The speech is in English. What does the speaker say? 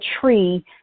tree